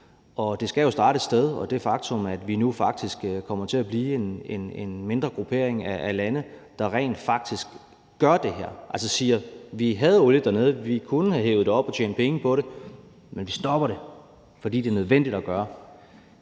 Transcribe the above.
For det skal jo starte et sted, og det er et faktum, at vi nu faktisk kommer til at blive en mindre gruppering af lande, der rent faktisk gør det her, altså siger, at vi havde olie dernede, og vi kunne have hevet det op og tjent penge på det, men vi stopper det, fordi det er nødvendigt at gøre.